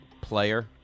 player